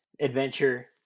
adventure